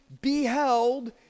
beheld